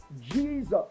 Jesus